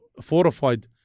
fortified